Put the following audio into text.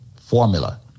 formula